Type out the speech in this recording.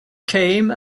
came